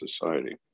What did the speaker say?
society